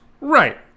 Right